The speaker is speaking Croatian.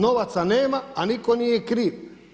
Novaca nema, a nitko nije kriv.